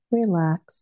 relax